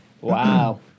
Wow